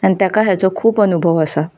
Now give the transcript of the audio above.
आनी ताका हाचो खूब अनुभव आसा